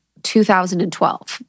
2012